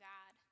God